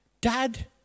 Dad